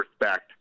respect